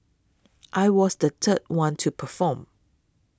I was the third one to perform